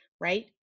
right